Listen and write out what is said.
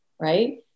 right